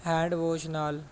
hand wash ਨਾਲ